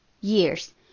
years